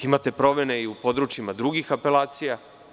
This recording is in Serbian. Imate promene i u područjima drugih apelacija.